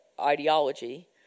ideology